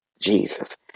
Jesus